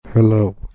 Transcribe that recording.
Hello